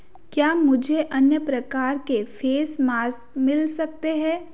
क्या मुझे अन्य प्रकार के फ़ेस मास्क मिल सकते हैं